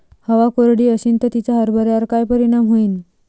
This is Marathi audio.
हवा कोरडी अशीन त तिचा हरभऱ्यावर काय परिणाम होईन?